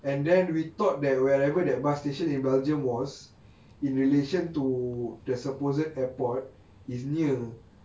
and then we thought that wherever that bus station in belgium was in relation to the supposed airport is near